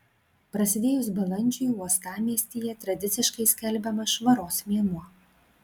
prasidėjus balandžiui uostamiestyje tradiciškai skelbiamas švaros mėnuo